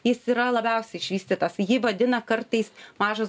jis yra labiausiai išvystytas jį vadina kartais mažas